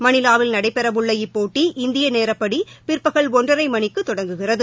மணிலாவில் நடைபெறவுள்ள இப்போட்டி இந்திய நேரப்படி பிற்பகல் ஒன்றரை மணிக்கு தொடங்குகிறது